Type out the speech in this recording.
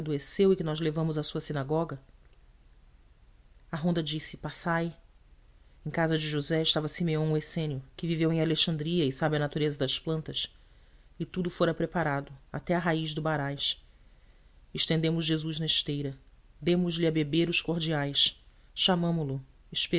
adoeceu e que nós levamos à sua sinagoga a ronda disse passai em casa de josé estava simeão o essênio que viveu em alexandria e sabe a natureza das plantas e tudo fora preparado até à raiz do baraz estendemos jesus na esteira demos-lhe a beber os cordiais chamamo lo